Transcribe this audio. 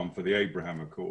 כולל אלבניה שהיא מדינה מוסלמית